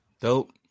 Dope